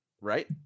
Right